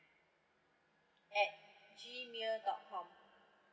at G mail dot com